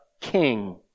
King